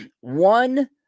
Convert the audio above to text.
one